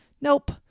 Nope